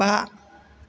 बा